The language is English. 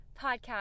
podcast